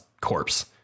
corpse